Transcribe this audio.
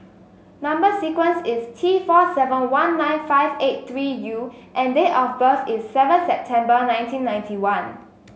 number sequence is T four seven one nine five eight three U and date of birth is seven September nineteen ninety one